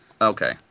Okay